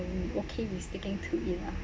okay be sticking to it lah